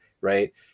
right